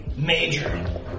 Major